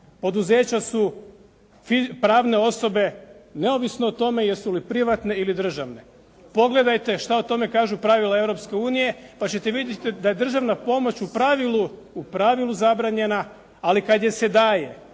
poduzeća su pravne osobe neovisno o tome jesu li privatne ili državne. Pogledajte šta o tome kažu pravila Europske unije pa ćete vidjeti da je državna pomoć u pravilu zabranjena, ali kad je se daje